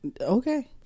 okay